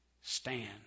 stand